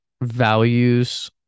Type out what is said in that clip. values